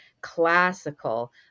classical